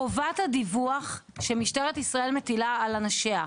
חובת הדיווח שמשטרת ישראל מטילה על אנשיה,